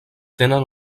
tenen